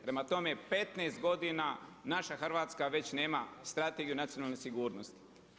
Prema tome 15 godina naša Hrvatska već nema Strategiju nacionalne sigurnosti.